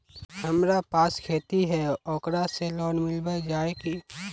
हमरा पास खेती है ओकरा से लोन मिलबे जाए की?